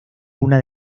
una